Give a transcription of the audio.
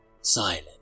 silent